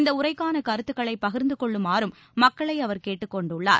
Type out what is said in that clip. இந்த உரைக்கான கருத்துக்களை பகிர்ந்து கொள்ளுமாறும் மக்களை அவர் கேட்டுக் கொண்டுள்ளார்